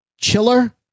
Chiller